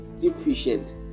deficient